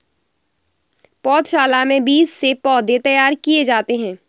पौधशाला में बीज से पौधे तैयार किए जाते हैं